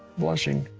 blessing.